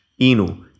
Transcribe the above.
Inu